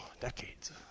decades